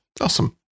Awesome